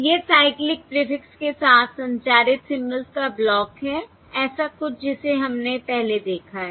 यह cyclic prefix के साथ संचारित सिंबल्स का ब्लॉक है ऐसा कुछ जिसे हमने पहले देखा है